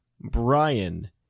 Brian